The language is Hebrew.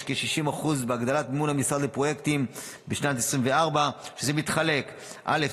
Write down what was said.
יש כ-60% הגדלה של מימון המשרד לפרויקטים בשנת 2024. זה מתחלק: א.